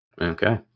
Okay